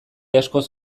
askoz